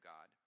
God